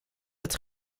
het